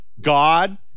God